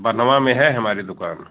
बनवा में है हमारी दुकान